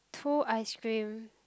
two ice cream